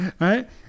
Right